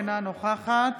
אינה נוכחת